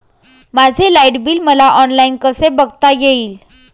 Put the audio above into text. माझे light bill मला online कसे बघता येईल?